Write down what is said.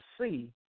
see